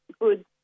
good